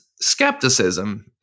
skepticism